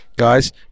guys